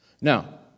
Now